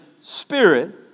spirit